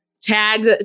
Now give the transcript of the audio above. tag